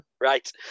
Right